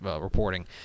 reporting